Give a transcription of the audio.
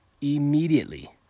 immediately